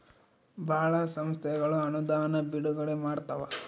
ಭಾಳ ಸಂಸ್ಥೆಗಳು ಅನುದಾನ ಬಿಡುಗಡೆ ಮಾಡ್ತವ